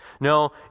No